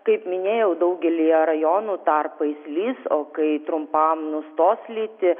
kaip minėjau daugelyje rajonų tarpais lis o kai trumpam nustos lyti